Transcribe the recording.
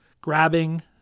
grabbing